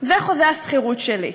זה חוזה השכירות שלי.